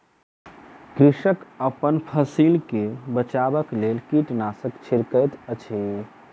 कृषक अपन फसिल के बचाबक लेल कीटनाशक छिड़कैत अछि